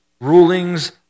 rulings